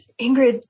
Ingrid